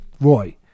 Roy